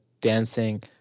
dancing